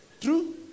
True